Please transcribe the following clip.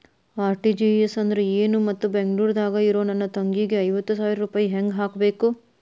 RTGS ಅಂದ್ರ ಏನು ಮತ್ತ ಬೆಂಗಳೂರದಾಗ್ ಇರೋ ನನ್ನ ತಂಗಿಗೆ ಐವತ್ತು ಸಾವಿರ ರೂಪಾಯಿ ಹೆಂಗ್ ಹಾಕಬೇಕು?